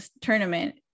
tournament